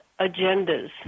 agendas